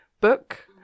book